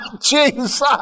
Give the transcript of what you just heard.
Jesus